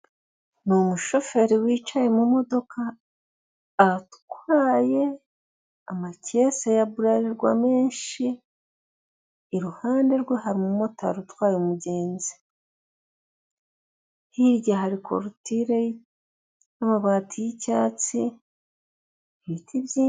Ni umushoferi wicaye mu modoka atwaye amakesi ya burarirwa menshi iruhande rwe hari umotari utwaye abagenzi hari n'amabati y'icyatsi.